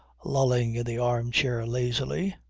lolling in the arm-chair lazily.